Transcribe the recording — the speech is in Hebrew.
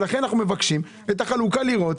לכן אנחנו מבקשים את החלוקה לראות.